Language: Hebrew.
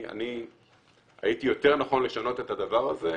אני הייתי יותר נכון לשנות את הדבר הזה,